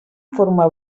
forma